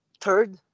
third